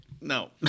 No